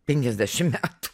penkiasdešim metų